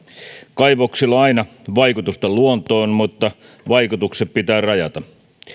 kaivoksilla on aina vaikutusta luontoon mutta vaikutukset pitää rajata